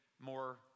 more